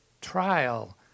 trial